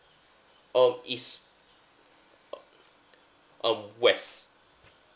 oh is um west